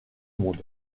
monde